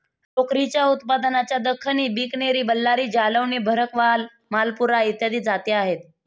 लोकरीच्या उत्पादनाच्या दख्खनी, बिकनेरी, बल्लारी, जालौनी, भरकवाल, मालपुरा इत्यादी जाती आहेत